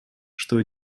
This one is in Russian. что